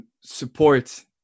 support